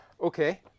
Okay